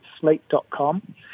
slate.com